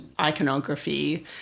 iconography